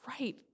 right